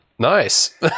nice